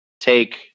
take